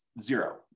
zero